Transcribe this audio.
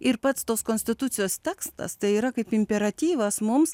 ir pats tos konstitucijos tekstas tai yra kaip imperatyvas mums